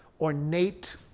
ornate